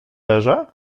leżę